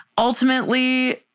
Ultimately